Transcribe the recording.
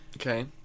Okay